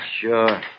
Sure